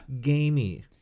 gamey